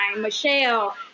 Michelle